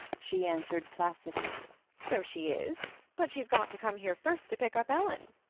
she answered placidly so she is but she's got to come here first to pick up ellen.